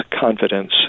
confidence